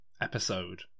episode